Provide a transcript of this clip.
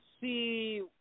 see